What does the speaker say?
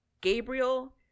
Gabriel